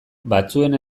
batzuen